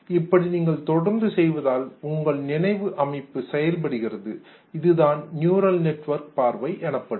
இப்படி நீங்கள் தொடர்ந்து செய்வதால் உங்கள் நினைவு அமைப்பு செயல்படுகிறது இதுதான் நியூரல் நெட்வேர்க் பார்வை எனப்படுவது